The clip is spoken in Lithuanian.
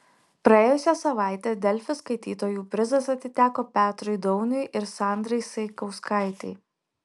praėjusią savaitę delfi skaitytojų prizas atiteko petrui dauniui ir sandrai saikauskaitei